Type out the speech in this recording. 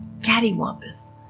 cattywampus